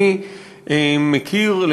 אני מכיר,